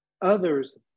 others